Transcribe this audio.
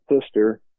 sister